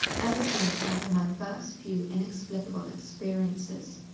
ever since i had my first few inexplicable experiences,